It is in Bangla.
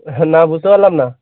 হ্যাঁ না বুসতে পারলাম না